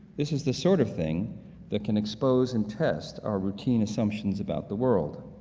this is the sort of thing that can expose and test our routine assumptions about the world.